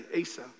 Asa